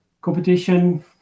competition